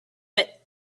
but